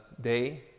day